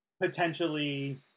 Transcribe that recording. potentially